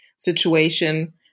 situation